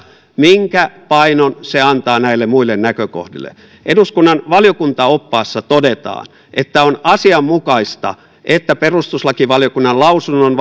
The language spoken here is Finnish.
minkä painon se antaa näille muille näkökohdille eduskunnan valiokuntaoppaassa todetaan että on asianmukaista että perustuslakivaliokunnan lausunnon